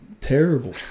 terrible